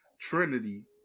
Trinity –